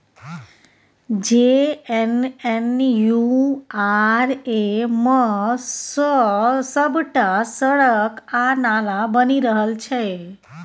JNNURM सँ सभटा सड़क आ नाला बनि रहल छै